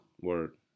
Word